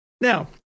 Now